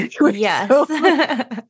Yes